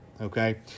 okay